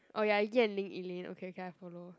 oh ya Yan-Ling Elane okay okay I follow